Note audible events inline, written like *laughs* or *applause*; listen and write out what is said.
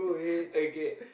*laughs* okay